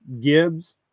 gibbs